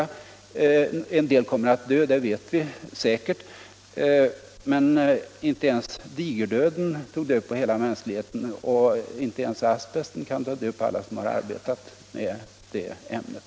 Vi vet att en del kommer att avlida på grund av asbesten, men inte ens digerdöden lyckades besegra hela mänskligheten, och inte heller kan asbesten ta död på alla som arbetat med det ämnet.